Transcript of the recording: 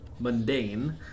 Mundane